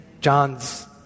John's